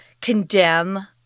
condemn